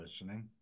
listening